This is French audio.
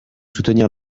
soutenir